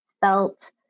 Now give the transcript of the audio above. felt